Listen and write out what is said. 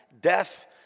death